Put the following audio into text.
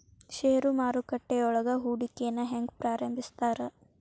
ಷೇರು ಮಾರುಕಟ್ಟೆಯೊಳಗ ಹೂಡಿಕೆನ ಹೆಂಗ ಪ್ರಾರಂಭಿಸ್ತಾರ